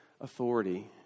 authority